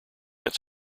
its